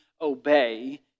obey